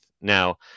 Now